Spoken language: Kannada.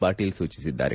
ಪಾಟೀಲ್ ಸೂಚಿಸಿದ್ದಾರೆ